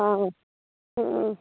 অঁ অঁ